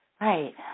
Right